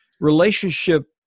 relationship